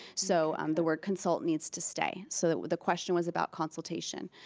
so um the word consult needs to stay. so the the question was about consultation.